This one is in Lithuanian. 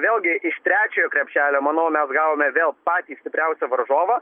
vėlgi iš trečiojo krepšelio manau mes gavome vėl patį stipriausią varžovą